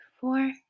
four